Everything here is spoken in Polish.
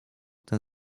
ten